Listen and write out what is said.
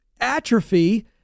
Atrophy